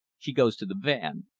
she goes to the van.